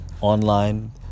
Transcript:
online